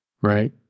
Right